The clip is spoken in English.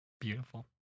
beautiful